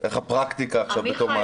איך הפרקטיקה, עכשיו בתור מעסיק?